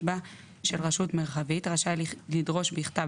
בה של רשות מרחבית רשאי לדרוש בכתב,